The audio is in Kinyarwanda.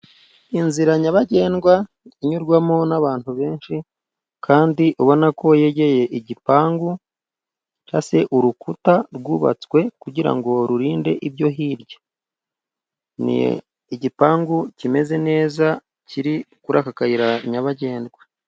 Inzira nyabagendwa inyurwamo n'abantu benshi kandi ubona ko yegereye igipangu cyangwa se urukuta rwubatswe kugira ngo rurinde ibyo hirya. Ni igipangu kimeze neza kiri kuri aka kayira nyabagendwa.